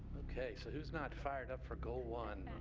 okay. so who is not fired up for goal one?